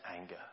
anger